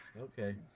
okay